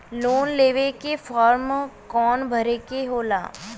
Loan लेवे के form कौन भरे के होला?